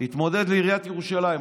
התמודד לעיריית ירושלים.